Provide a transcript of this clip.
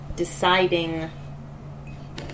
Deciding